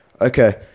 Okay